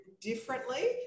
differently